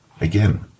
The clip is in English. Again